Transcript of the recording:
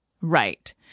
right